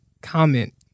comment